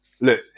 look